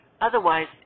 Otherwise